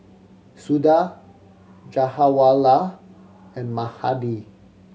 Suda Jawaharlal and Mahade